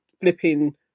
flipping